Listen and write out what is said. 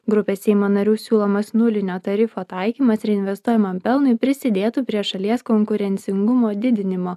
grupės seimo narių siūlomas nulinio tarifo taikymas reinvestuojamam pelnui prisidėtų prie šalies konkurencingumo didinimo